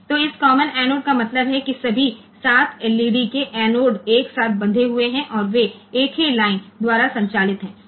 તેથી આ common anode નો અર્થ એ છે કે તમામ એનોડ એકસાથે જોડાયેલા હોય છે અને તે તમામ 7 LED એનોડ એક સાથે જોડાયેલા છે તેઓ એક જ લાઇન દ્વારા ચલાવવામાં આવે છે અને પછી આ બધા કેથોડ છે